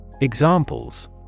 Examples